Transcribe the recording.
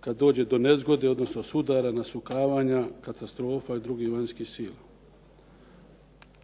kad dođe do nezgode, odnosno sudara nasukavanja, katastrofa i drugih vanjskih sila.